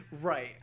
Right